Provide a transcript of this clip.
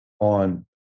on